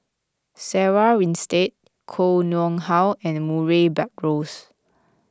Sarah Winstedt Koh Nguang How and Murray Buttrose